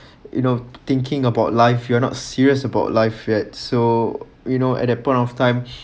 you know thinking about life you're not serious about life yet so you know at that point of time